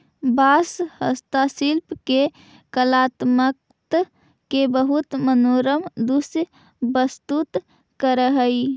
बाँस हस्तशिल्पि के कलात्मकत के बहुत मनोरम दृश्य प्रस्तुत करऽ हई